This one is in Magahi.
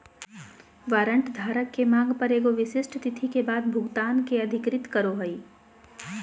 वारंट धारक के मांग पर एगो विशिष्ट तिथि के बाद भुगतान के अधिकृत करो हइ